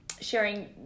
sharing